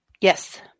Yes